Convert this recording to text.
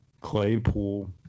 Claypool